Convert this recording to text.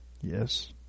Yes